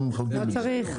לא צריך.